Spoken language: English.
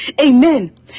amen